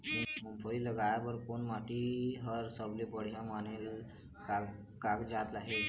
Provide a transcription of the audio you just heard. मूंगफली लगाय बर कोन माटी हर सबले बढ़िया माने कागजात हे?